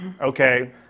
okay